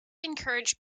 encouraged